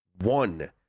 one